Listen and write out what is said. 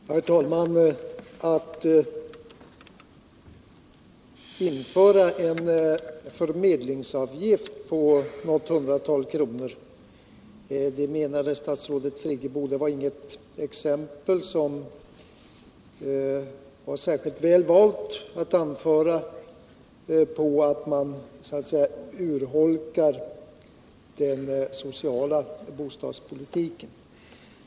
Herr talman! Införandet av en förmedlingsavgift på något hundratal kronor var, menade statsrådet Friggebo, inget särskilt väl valt exempel på att man urholkar den sociala bostadspolitiken.